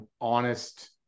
honest